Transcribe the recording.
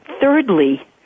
thirdly